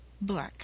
book